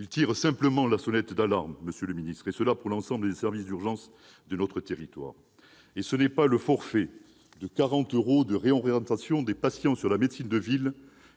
ils tirent simplement la sonnette d'alarme pour l'ensemble des services d'urgence de notre territoire ! Et ce n'est pas le forfait de 40 euros de réorientation des patients sur la médecine de ville